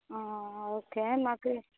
ఆ ఓకే మాకు